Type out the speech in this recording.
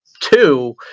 two